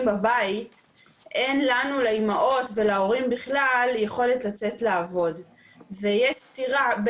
הנשים המובטלות זינקו ל-70% והגברים 31.5%. אני לא נכנסת